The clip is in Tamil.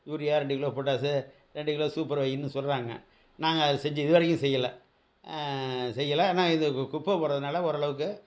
யூரியா ரெண்டு கிலோ பொட்டாசு ரெண்டு கிலோ சூப்பர் வைன்னு சொல்கிறாங்க நாங்கள் அதை செஞ்சு இது வரைக்கும் செய்யலை செய்யலை ஆனால் இது கு குப்பை போடுறதுனால ஓரளவுக்கு